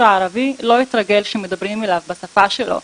הערבי לא התרגל שמדברים אליו בשפה שלו,